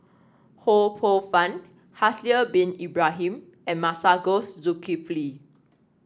Ho Poh Fun Haslir Bin Ibrahim and Masagos Zulkifli